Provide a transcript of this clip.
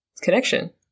connection